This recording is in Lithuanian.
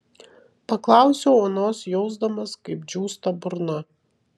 paklausiau onos jausdamas kaip džiūsta burna